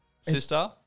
Sister